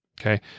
Okay